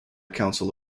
council